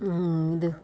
ಇದು